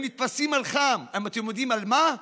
הם נתפסים על חם, אתם יודעים על מה?